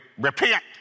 repent